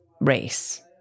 race